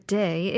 day